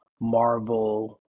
marvel